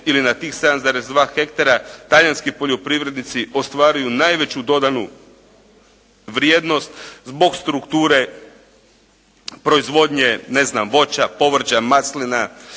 ili na tih 7,2 hektara talijanski poljoprivrednici ostvaruju najveću dodanu vrijednost zbog strukture proizvodnje voća, povrća, maslina